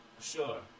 Sure